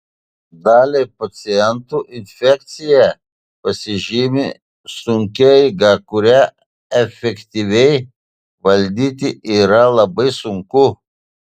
daliai pacientų infekcija pasižymi sunkia eiga kurią efektyviai valdyti yra labai sunku